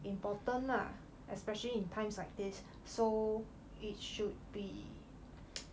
important lah especially in times like this so it should be